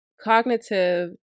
cognitive